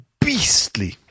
Beastly